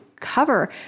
cover